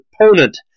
opponent